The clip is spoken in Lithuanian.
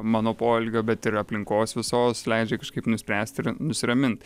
mano poelgio bet ir aplinkos visos leidžia kažkaip nuspręsti ir nusiramint